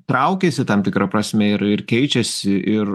traukiasi tam tikra prasme ir ir keičiasi ir